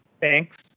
thanks